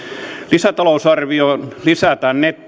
lisätalousarvio lisää nettolainanottotarvetta